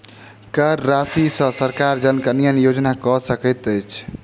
कर राशि सॅ सरकार जन कल्याण योजना कअ सकैत अछि